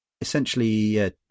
essentially